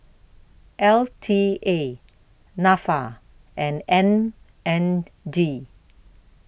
L T A Nafa and M N D